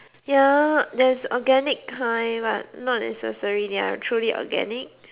ya there's organic kind but not necessary they are truly organic